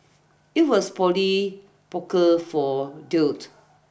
it was Polly Poker for dudes